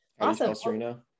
Awesome